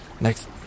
next